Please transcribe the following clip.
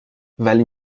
ولی